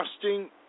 trusting